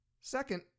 Second